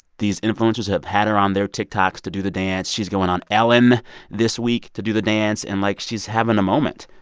these influencers have had her on their tiktoks to do the dance. she's going on ellen this week to do the dance. and, like, she's having a moment.